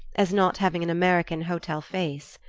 as not having an american hotel face.